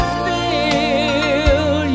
feel